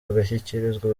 bagashyikirizwa